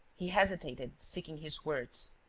he hesitated, seeking his words,